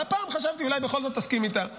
אבל הפעם חשבתי אולי בכל זאת תסכים איתה.